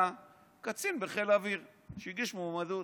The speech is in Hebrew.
היה קצין בחיל האוויר שהגיש מועמדות.